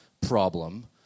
problem